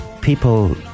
people